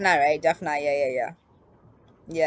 right jaffna ya ya ya